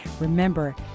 Remember